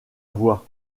voix